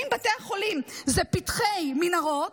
ואם בתי חולים הם פתחי מנהרות,